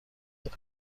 کرد